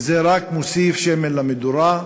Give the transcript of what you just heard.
וזה רק מוסיף שמן למדורה.